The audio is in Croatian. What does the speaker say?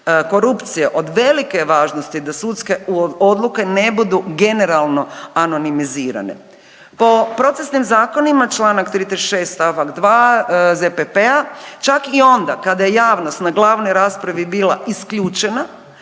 korupcije od velike je važnosti da sudske odluke ne budu generalno anonimizirane. Po procesnim zakonima, čl. 336. st. 2. ZPP-a, čak i onda kada je javnost na glavnoj raspravi bila isključena,